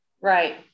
right